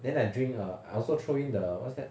then I drink err I also throw in the what's that